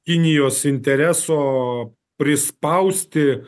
kinijos intereso prispausti